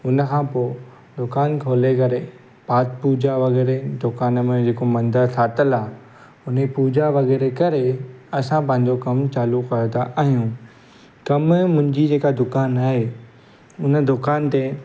हिन खां पोइ दुकानु खोले करे पाठ पूॼा वग़ैरह दुकान में जेको मंदरु ठाहियलु आहे हुन जी पूॼा वग़ैरह करे असां पंहिंजो कमु चालू कंदा आहियूं कमु मुंहिंजी जेका दुकानु आहे हुन दुकान ते